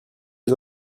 les